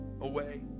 away